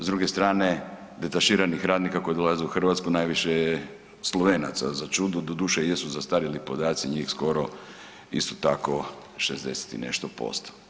S druge strane detaširanih radnika koji dolaze u Hrvatsku najviše je Slovenaca za čudo, doduše jesu zastarjeli podaci njih skoro isto tako 60 i nešto posto.